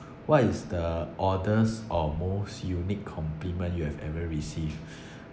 what is the oddest or most unique compliment you have ever received